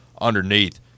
underneath